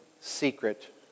secret